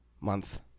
month